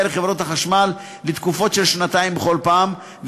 לחברת החשמל לתקופות של שנתיים בכל פעם,